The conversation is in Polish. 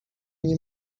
nie